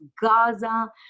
Gaza